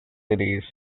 cities